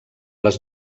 les